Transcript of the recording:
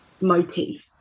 motif